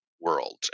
world